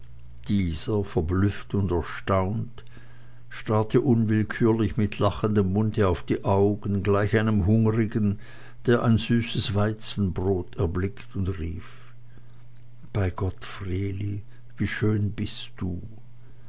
dieser verblüfft und erstaunt starrte unwillkürlich mit lachendem munde auf die augen gleich einem hungrigen der ein süßes weizenbrot erblickt und rief bei gott vreeli wie schön bist du